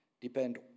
depend